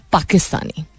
Pakistani